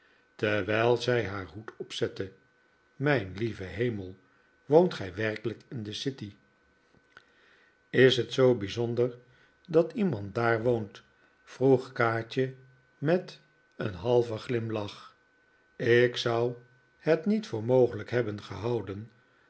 terwijl zij haar hoed opzette mijn lieve hemel woont gij werkelijk in de city is het zoo bijzonder dat iemand daar woont vroeg kaatje met een halven glimlach ik zou het niet voor mogelijk hebben gehouden